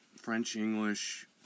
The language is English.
French-English